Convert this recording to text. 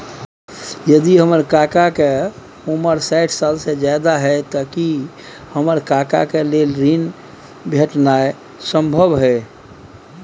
यदि हमर काका के उमर साठ साल से ज्यादा हय त की हमर काका के लेल ऋण भेटनाय संभव होतय?